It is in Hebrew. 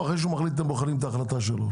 או אחרי שהוא מחליט אתם בוחנים את ההחלטה שלו?